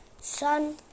sun